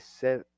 set